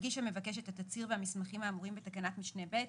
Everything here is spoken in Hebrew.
הגיש המבקש את התצהיר והמסמכים האמורים בתקנת משנה (ב),